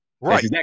Right